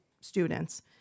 students